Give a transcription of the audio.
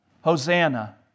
Hosanna